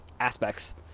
aspects